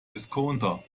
discounter